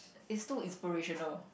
is too inspirational